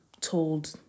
told